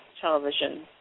television